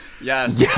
Yes